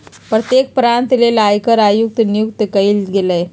प्रत्येक प्रांत ले आयकर आयुक्त नियुक्त कइल गेलय